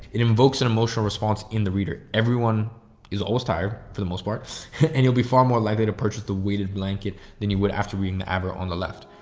it evokes an emotional response in the reader. everyone is always tired for the most part and you'll be far more likely to purchase the weighted blanket than you would after reading the advert on the left.